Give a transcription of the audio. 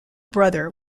brother